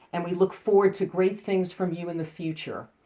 and we look forward to great things from you in the future.